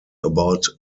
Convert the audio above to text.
about